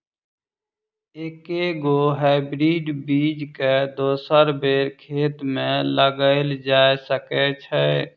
एके गो हाइब्रिड बीज केँ दोसर बेर खेत मे लगैल जा सकय छै?